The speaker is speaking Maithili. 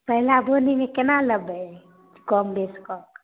पहिला बोहनीमे केना लेबै कम बेस कऽ कऽ